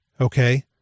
Okay